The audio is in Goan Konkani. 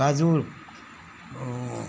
काजूर